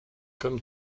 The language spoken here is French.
comme